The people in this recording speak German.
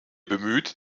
bemüht